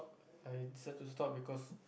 I decided to stop because